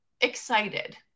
excited